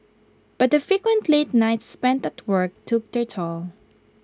but the frequent late nights spent at work took their toll